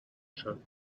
show